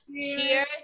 Cheers